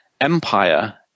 empire